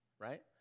right